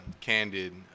candid